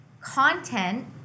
content